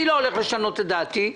אני לא הולך לשנות את דעתי.